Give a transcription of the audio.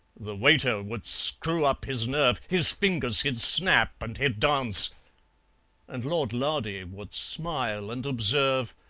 the waiter would screw up his nerve, his fingers he'd snap and he'd dance and lord lardy would smile and observe,